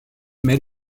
mais